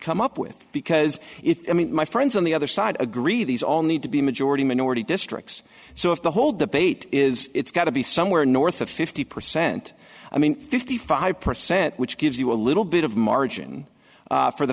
come up with because if i mean my friends on the other side agree these all need to be majority minority districts so if the whole debate is it's got to be somewhere north of fifty percent i mean fifty five percent which gives you a little bit of margin for the